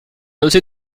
noté